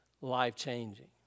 life-changing